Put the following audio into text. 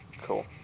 Cool